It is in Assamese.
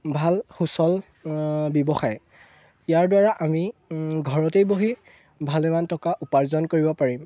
ভাল সুচল ব্যৱসায় ইয়াৰ দ্বাৰা আমি ঘৰতেই বহি ভালেমান টকা উপাৰ্জন কৰিব পাৰিম